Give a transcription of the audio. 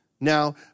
Now